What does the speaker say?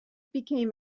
became